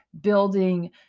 building